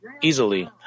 easily